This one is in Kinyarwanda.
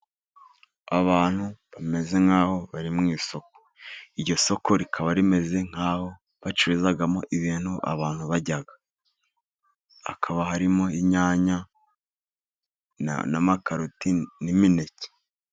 Abantu bameze nk'aho bari mu isoko, iryo soko rikaba rimeze nk'aho bacururizamo ibintu abantu barya, hakaba harimo inyanya n'amakaroti n'imineke.